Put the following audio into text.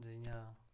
जियां